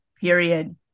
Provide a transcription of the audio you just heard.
period